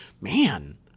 man